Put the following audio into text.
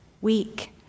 week